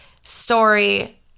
story